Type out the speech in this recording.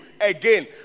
again